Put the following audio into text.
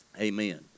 Amen